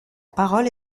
parole